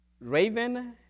Raven